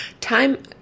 Time